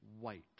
white